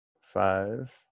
Five